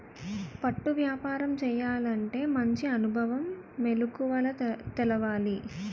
పట్టు వ్యాపారం చేయాలంటే మంచి అనుభవం, మెలకువలు తెలవాలి